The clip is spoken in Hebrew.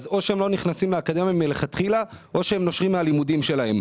או שהם לא נכנסים לאקדמיה מלכתחילה או שהם נושרים מהלימודים שלהם.